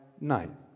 night